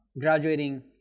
graduating